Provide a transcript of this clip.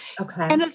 Okay